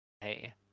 Hey